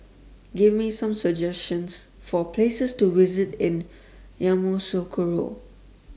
Give Me Some suggestions For Places to visit in Yamoussoukro